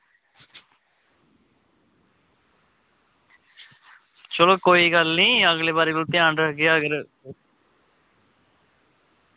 चलो कोई गल्ल निं अगले बारी ध्यान रखगे अगर